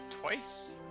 twice